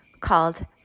called